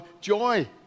joy